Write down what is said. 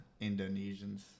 Indonesians